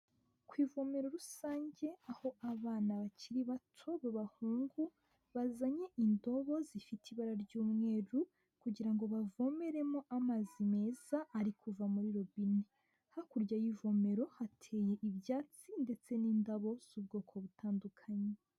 Ku ivomero rusange, aho abana bakiri bato b'abahungu, bazanye indobo zifite ibara ry'umweru kugira ngo bavomeremo amazi meza ari kuva muri robine, hakurya y'ivomero hateye ibyatsi ndetse n'indabo z'ubwoko butandukanye.